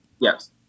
Yes